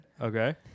Okay